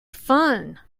fun